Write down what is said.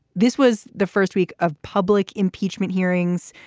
this was the first week of public impeachment hearings.